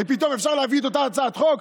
פתאום אפשר להביא את אותה הצעת חוק,